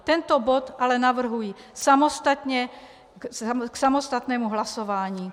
Tento bod ale navrhuji samostatně k samostatnému hlasování.